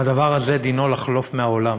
והדבר הזה, דינו לחלוף מהעולם,